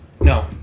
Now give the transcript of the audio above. No